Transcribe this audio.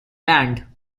band